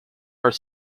are